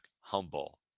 humble